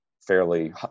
fairly